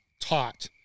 taught